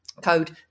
code